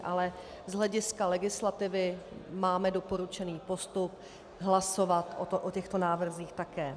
Ale z hlediska legislativy máme doporučený postup hlasovat o těchto návrzích také.